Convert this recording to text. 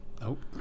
Nope